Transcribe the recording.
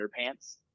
Underpants